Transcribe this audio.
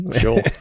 Sure